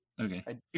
Okay